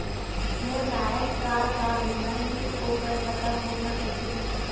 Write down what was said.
मोर लायक का का बीमा ही ओ कर पता फ़ोन म कइसे चलही?